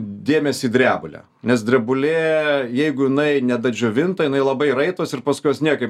dėmesį į drebulę nes drebulė jeigu jinai nedadžiovinta jinai labai raitosi ir paskui jos niekaip